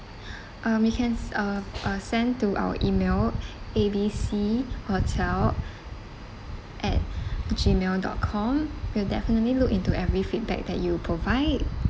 um you can uh uh sent to our email A B C hotel at G mail dot com we'll definitely look into every feedback that you provide